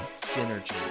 synergy